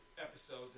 episodes